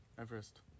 everest